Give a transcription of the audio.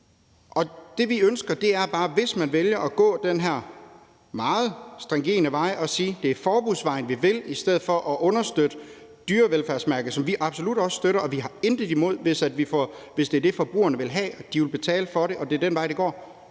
bare ønsker, er, at man, hvis man vælger at gå den her meget stringente vej og sige, at det er forbudsvejen, man vil gå, i stedet for at understøtte dyrevelfærdsmærket – som vi absolut også støtter, og vi har intet imod det, hvis det er det, forbrugerne vil have, og de vil betale for det, og det er den vej, det går,